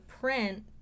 print